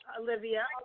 Olivia